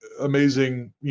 amazing